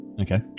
Okay